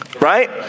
right